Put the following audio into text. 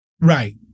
right